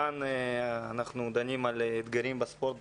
כאן אנחנו דנים על אתגרים בספורט